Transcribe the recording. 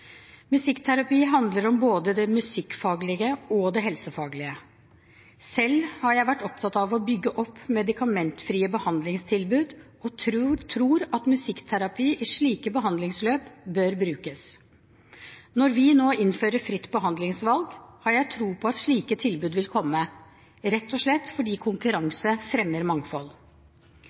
Musikkterapi handler om både det musikkfaglige og det helsefaglige. Selv har jeg vært opptatt av å bygge opp medikamentfrie behandlingstilbud og tror at musikkterapi i slike behandlingsløp bør brukes. Når vi nå innfører fritt behandlingsvalg, har jeg tro på at slike tilbud vil komme, rett og slett fordi